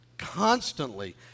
constantly